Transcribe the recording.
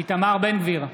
איתמר בן גביר,